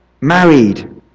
married